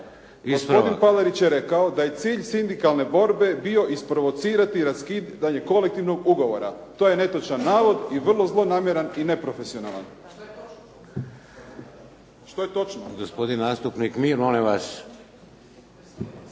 Gospodin Palarić je rekao da je cilj sindikalne borbe bio isprovocirati raskidanje kolektivnog ugovora. To je netočan navod i vrlo zlonamjeran i neprofesionalan što je točno. **Šeks, Vladimir (HDZ)**